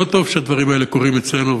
לא טוב שהדברים האלה קורים אצלנו.